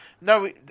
No